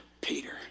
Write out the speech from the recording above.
Peter